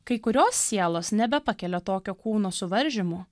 kai kurios sielos nebepakelia tokio kūno suvaržymų